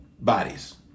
bodies